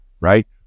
right